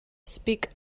speak